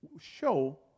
show